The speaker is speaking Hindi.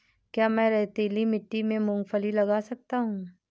क्या मैं रेतीली मिट्टी में मूँगफली लगा सकता हूँ?